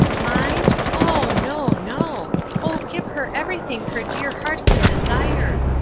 mind? oh no, no oh, give her everything her dear heart can desire.